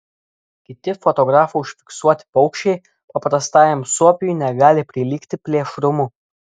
kiti fotografų užfiksuoti paukščiai paprastajam suopiui negali prilygti plėšrumu